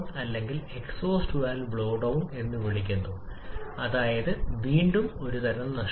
ഇതാണ് air standard കാര്യക്ഷമത compression അനുപാതത്തിൽ വായു ഇന്ധനം വർദ്ധിക്കുന്നു